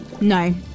No